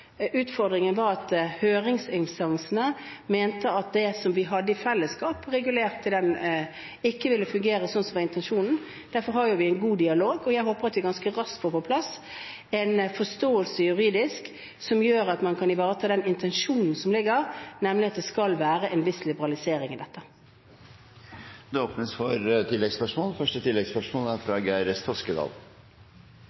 Utfordringen var at høringsinstansene mente at det vi hadde felles, ikke ville fungere etter intensjonen. Derfor har vi en god dialog, og jeg håper at vi ganske raskt får på plass en juridisk forståelse som gjør at man kan ivareta den intensjonen som ligger, nemlig at det skal være en viss liberalisering i dette. Det åpnes for oppfølgingsspørsmål – først Geir S. Toskedal. Kristelig Folkeparti er